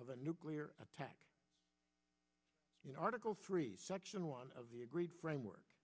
of a nuclear attack in article three section one of the agreed framework